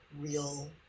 real